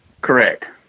Correct